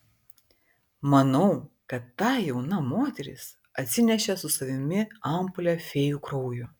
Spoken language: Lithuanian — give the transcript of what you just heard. manau kad ta jauna moteris atsinešė su savimi ampulę fėjų kraujo